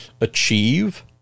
achieve